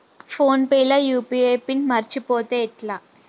Phone pay లో UPI pin మరచిపోతే ఎట్లా?